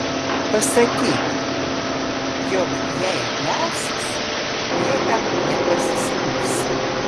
pasakyk jog jei liausis niekam nepasiskųsi